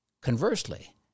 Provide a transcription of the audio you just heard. conversely